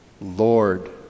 Lord